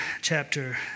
chapter